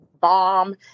bomb